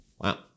Wow